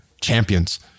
champions